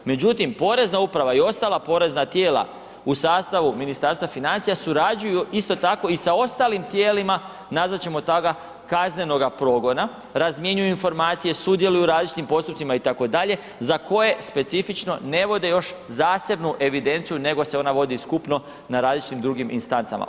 Međutim, porezna uprava i ostala porezna tijela u sastavu Ministarstva financija surađuju isto tako i sa ostalim tijelima, nazvat ćemo toga kaznenoga progona, razmjenjuju informacije, sudjeluju u različitim postupcima, itd., za koje specifično ne vode još zasebnu evidenciju nego se ona vodi skupno na različitim drugim instancama.